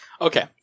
Okay